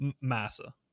Massa